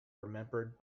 remembered